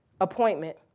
appointment